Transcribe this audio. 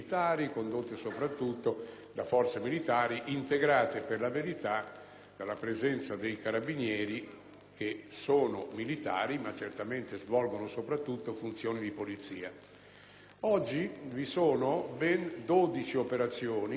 presenza dei Carabinieri, che sono sì militari, ma svolgono soprattutto funzioni di polizia. Oggi ben 12 operazioni sono condotte da forze di polizia, il che